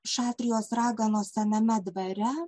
šatrijos raganos sename dvare